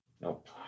nope